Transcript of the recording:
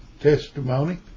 testimony